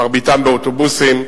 מרביתם באוטובוסים,